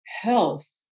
health